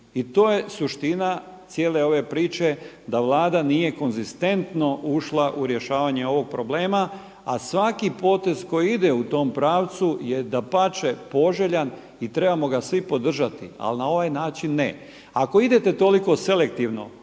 I to je suština cijele ove priče da Vlada nije konzistentno ušla u rješavanje ovog problema a svaki potez koji ide u tom pravcu je dapače poželjan i trebamo ga svi podržati. Ali na ovaj način ne. Ako idete toliko selektivno